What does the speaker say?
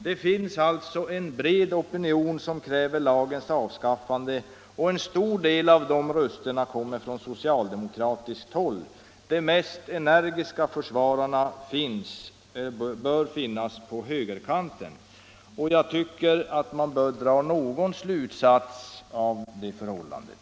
Det finns alltså en bred opinion som kräver lagens avskaffande, och en stor del av de rösterna kommer från socialdemokratiskt håll. De mest energiska försvararna bör finnas på högerkanten. Jag tycker att man bör kunna dra någon slutsats av det förhållandet.